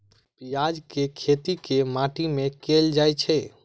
प्याज केँ खेती केँ माटि मे कैल जाएँ छैय?